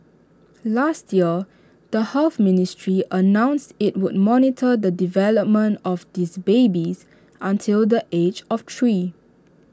last year the health ministry announced IT would monitor the development of these babies until the age of three